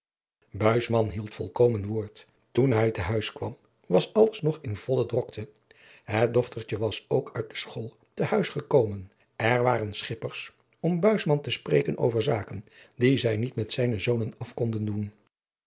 hield volkomen woord toen hij te huis kwam was alles nog in volle drokte het dochtertje was ook uit de school te huis gekomen er waren schippers om buisman te spreken over zaken die zij niet met zijne zonen af konden doen